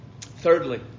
Thirdly